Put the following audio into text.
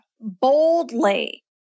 boldly